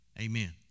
Amen